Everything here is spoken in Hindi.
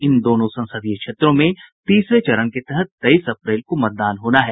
इन दोनों संसदीय क्षेत्रों में तीसरे चरण के तहत तेईस अप्रैल को मतदान होना है